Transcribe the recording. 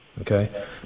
Okay